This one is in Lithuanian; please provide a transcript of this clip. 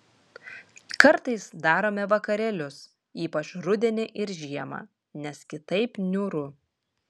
kartais darome vakarėlius ypač rudenį ir žiemą nes kitaip niūru